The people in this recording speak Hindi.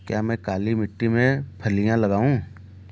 क्या मैं काली मिट्टी में फलियां लगाऊँ?